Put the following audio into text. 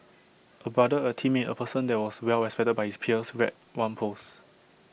A brother A teammate A person that was well respected by his peers read one post